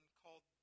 called